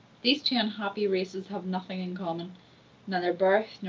these two unhappy races have nothing in common neither birth,